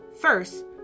First